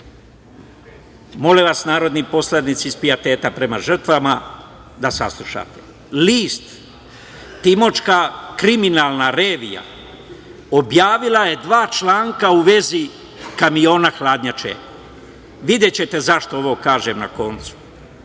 Molim vas, narodni poslanici, iz pijeteta prema žrtvama da saslušate. List „Timočka kriminalna revija“ objavila je dva članka u vezi kamiona hladnjače. Videćete zašto ovo kažem.